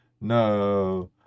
no